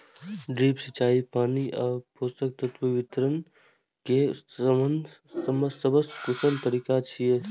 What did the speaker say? drip सिंचाई पानि आ पोषक तत्व वितरण के सबसं कुशल तरीका छियै